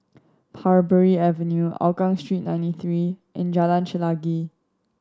Parbury Avenue Hougang Street Ninety Three and Jalan Chelagi